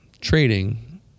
trading